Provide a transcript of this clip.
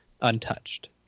untouched